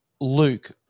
Luke